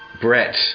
Brett